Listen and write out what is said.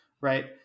Right